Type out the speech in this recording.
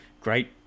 great